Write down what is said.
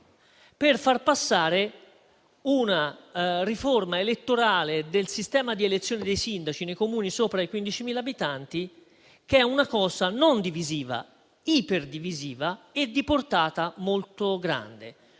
per far passare una riforma elettorale del sistema di elezione dei sindaci nei Comuni sopra i 15.000 abitanti, che è una cosa non divisiva ma iperdivisiva e di portata molto grande.